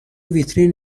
ویترین